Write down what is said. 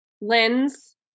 lens